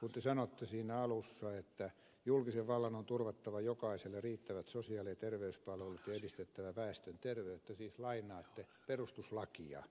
kun te sanotte siinä alussa että julkisen vallan on turvattava jokaiselle riittävät sosiaali ja terveyspalvelut ja edistettävä väestön terveyttä siis lainaatte perustuslakia